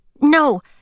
No